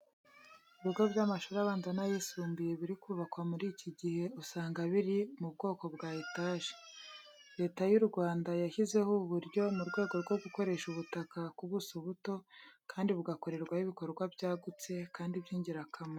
Ibigo by'amashuri abanza n'ayisumbuye biri kubakwa muri iki gihe, usanga biri mu bwoko bwa etaje. Leta y'u Rwanda yashyizeho ubu buryo mu rwego rwo gukoresha ubutaka ku buso buto, kandi bugakorerwaho ibikorwa byagutse kandi by'ingirakamaro.